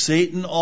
Satan